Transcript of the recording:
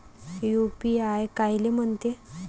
UPI कायले म्हनते?